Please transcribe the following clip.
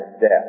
death